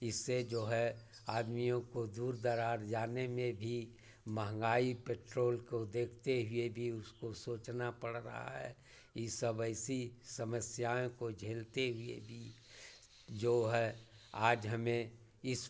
इससे जो है आदमियों को दूर दराज़ जाने में भी महँगाई पेट्रोल को देखते हुए भी उसको सोचना पड़ रहा है यह सब ऐसी समस्याओं को झेलते हुए भी जो है आज हमें इस